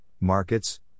markets